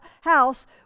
house